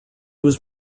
was